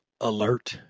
alert